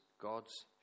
God's